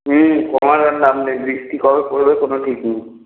হ্যাঁ কমার আর নাম নেই বৃষ্টি কবে পড়বে কোনো ঠিক নেই